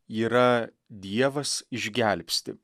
yra dievas išgelbsti